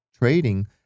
trading